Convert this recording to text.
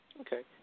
Okay